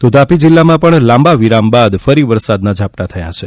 તો તાપી જિલ્લામાં પણ લાંબા વિરામ બાદ ફરી વરસાદના ઝાપટાં થયા છે